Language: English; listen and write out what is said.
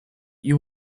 you